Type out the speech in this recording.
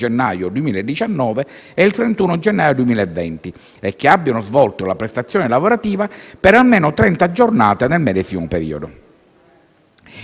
gennaio 2019 e il 31 gennaio 2020 e che abbiano svolto la prestazione lavorativa per almeno trenta giornate nel medesimo periodo.